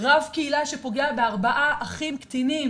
רב קהילה שפוגע בארבעה אחים קטינים